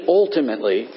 ultimately